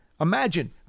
imagine